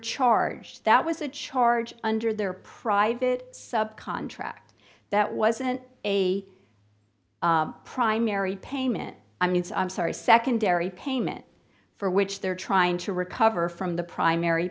charge that was a charge under their private sub contract that wasn't a primary payment i mean i'm sorry secondary payment for which they're trying to recover from the primary